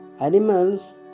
animals